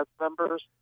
members